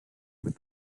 with